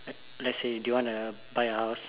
act let's say do you wanna buy a house